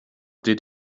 did